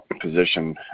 position